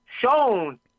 shown